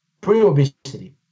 pre-obesity